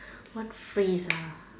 what phrase ah